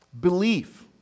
Belief